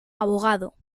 abogado